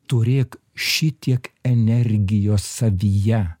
turėk šitiek energijos savyje